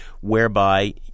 whereby